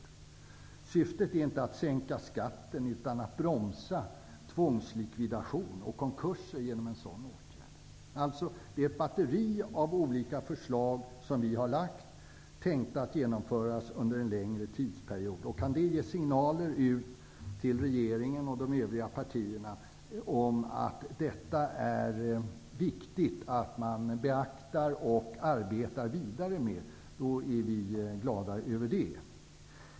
Syftet med en sådan åtgärd är inte att sänka skatten utan att bromsa tvångslikvidation och konkurser. Det är alltså ett batteri av olika förslag som vi har lagt fram, tänkta att genomföras under en längre tidsperiod. Kan det ge signaler till regeringen och de övriga partierna om att det är viktigt att man beaktar och arbetar vidare med detta är vi glada.